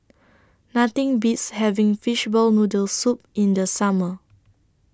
Nothing Beats having Fishball Noodle Soup in The Summer